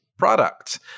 product